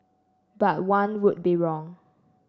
but one would be wrong